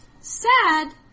Sad